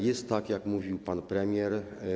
Jest tak, jak mówił pan premier.